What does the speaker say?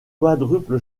quadruple